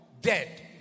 dead